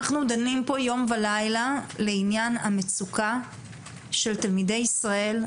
אנחנו דנים פה יום ולילה לעניין המצוקה של תלמידי ישראל,